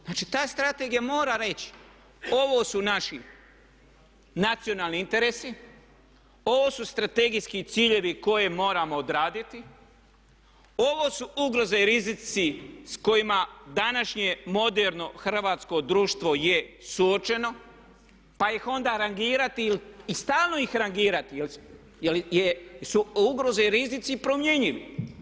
Znači, ta strategija mora reći ovo su naši nacionalni interesi, ovo su strategijski ciljevi koje moramo odraditi, ovo su ugroze i rizici s kojima današnje moderno hrvatsko društvo je suočeno, pa ih onda rangirati i stalno ih rangirati jer su ugroze i rizici promjenjivi.